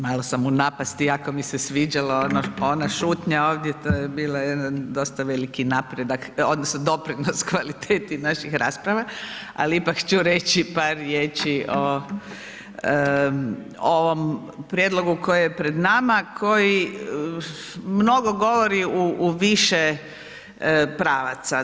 Malo sam u napasti, jako mi se sviđala ona šutnja ovdje, to je bio jedan dosta veliki napredak, odnosno doprinos kvaliteti naših rasprava ali ipak ću reći par riječi o ovom prijedlogu koji je pred nama koji mnogo govori u više pravaca.